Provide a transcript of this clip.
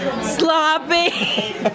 sloppy